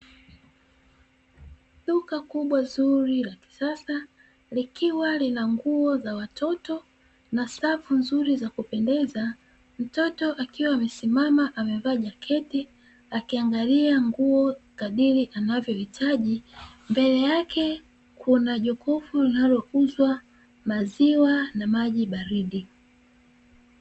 Duka kubwa zuri la kisasa likiwa lina nguo za watoto na safu nzuri za kupendeza. Mtoto akiwa amesimama amevaa jaketi akiangalia nguo kadiri anavyohitaji. Mbele yake kuna jokofu linalouzwa maziwa na maji baridi.